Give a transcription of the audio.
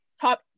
Top